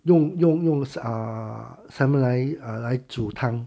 用用用 sa~ ah salmon 来 ah 来煮汤